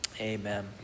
Amen